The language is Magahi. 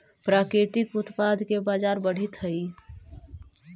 प्राकृतिक उत्पाद के बाजार बढ़ित हइ